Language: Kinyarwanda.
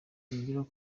yongeyeho